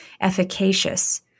efficacious